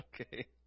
Okay